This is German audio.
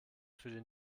für